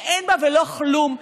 שאין בה ולא כלום,